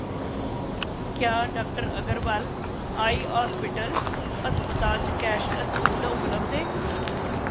क्या doctor Agarwal eye hospital अस्पताल च कैशलैस्स सुविधा उपलब्ध ऐ